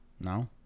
No